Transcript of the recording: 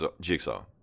jigsaw